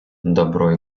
добро